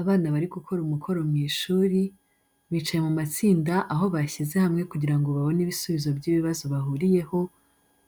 Abana bari gukora umukoro mu ishuri, bicaye mu matsinda aho bashize hamwe kugira babone ibisubizo by'ibibazo bahuriyeho,